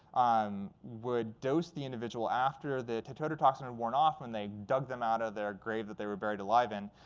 um would dose the individual after the tetrodotoxin had worn off when they dug them out of their grave that they were buried alive in,